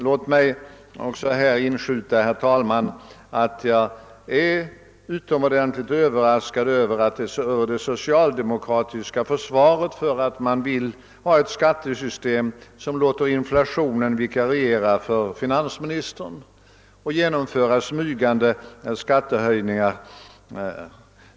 Låt mig inskjuta, herr talman, att jag är utomordentligt överraskad över det socialdemokratiska försvaret för att man vill ha ett skattesystem som låter inflationen vikariera för finansministern och genomföra smygande skattehöjningar.